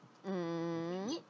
mm